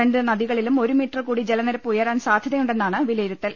രണ്ട് നദികളിലും ഒരു മീറ്റർകൂടി ജലനിരപ്പ് ഉയരാൻ സാധ്യതയുണ്ടെന്നാണ് വിലയിരുത്തൽ